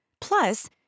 plus